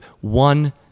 one